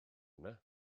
yna